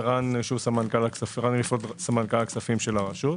וגן שהוא סמנכ"ל ריפולד, סמנכ"ל הכספים של הרשות.